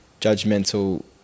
judgmental